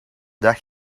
dag